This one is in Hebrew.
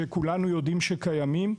שכולנו יודעים שקיימות,